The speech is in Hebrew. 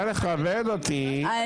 לכבד אותי.